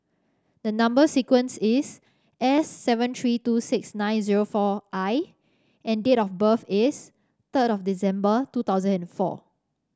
the number sequence is S seven three two six nine zero four I and date of birth is third of December two thousand and four